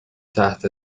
تحت